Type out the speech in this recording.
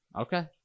Okay